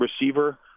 receiver